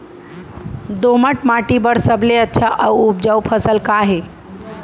दोमट माटी बर सबले अच्छा अऊ उपजाऊ फसल का हे?